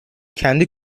kendi